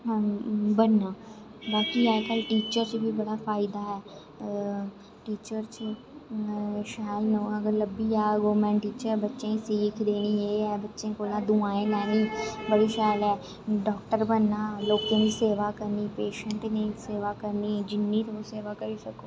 बनना बाकी अजकल टीचर च बी बड़ा फायदा ऐ टीचर च शैल लब्भी जा अगर गवर्नमेंट टीचर बच्चे गी सिक्ख देनी एह् ऐ ओह् ऐ बच्चे कोला दुआं लैनी बड़ी शैल ऐ डाॅक्टर बनना लोकें दी सेवा करनी पेशैंट दी सेवा करनी जिनी तुस सेवा करी सको